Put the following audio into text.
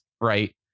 right